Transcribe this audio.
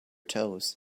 toes